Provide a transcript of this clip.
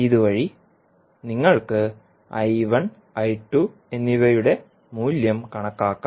ഇതുവഴി നിങ്ങൾക്ക് എന്നിവയുടെ മൂല്യം കണക്കാക്കാം